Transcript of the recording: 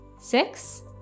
six